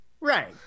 Right